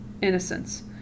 innocence